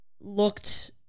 looked